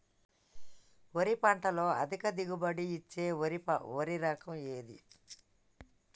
వరి పంట లో అధిక దిగుబడి ఇచ్చే వరి రకం ఏది?